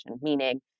Meaning